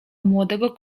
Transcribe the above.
młodego